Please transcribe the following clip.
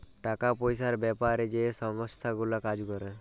টাকা পয়সার বেপারে যে সংস্থা গুলা কাজ ক্যরে